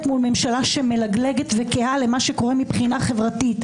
מול ממשלה שמגלגלת וקהה מבחינה חברתית,